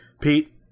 Pete